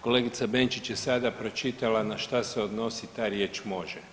Kolegica Benčić je sada pročitala na šta se odnosi ta riječ može.